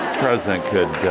president could